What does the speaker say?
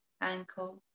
ankle